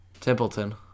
Templeton